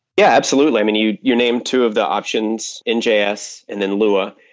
yeah, absolutely. i mean, you you named two of the options in js and then lua.